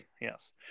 yes